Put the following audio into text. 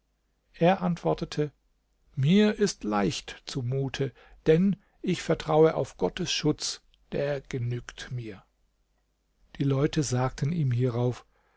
er antwortete mir ist leicht zumute denn ich vertraue auf gottes schutz der genügt mir die leute sagten ihm hierauf